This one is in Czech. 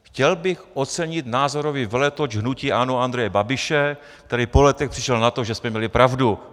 Chtěl bych ocenit názorový veletoč hnutí ANO Andreje Babiše, který po letech přišel na to, že jsme měli pravdu.